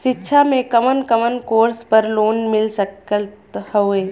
शिक्षा मे कवन कवन कोर्स पर लोन मिल सकत हउवे?